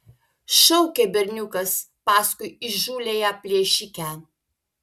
šaukė berniukas paskui įžūliąją plėšikę